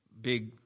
big